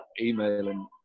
emailing